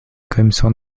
commission